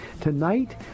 Tonight